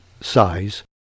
size